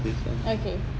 okay